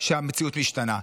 שהמציאות משתנה.